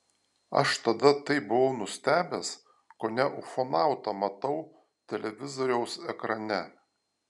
aš tada taip buvau nustebęs kone ufonautą matau televizoriaus ekrane